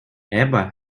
эпӗ